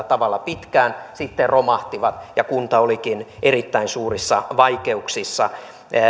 tavalla pitkään sitten romahtivat ja kunta olikin erittäin suurissa vaikeuksissa